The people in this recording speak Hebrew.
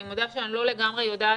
אני מודה שאני לא לגמרי יודעת,